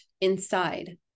inside